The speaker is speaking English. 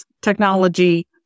technology